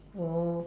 oh